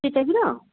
ସେଇ ଟାଇପ୍ର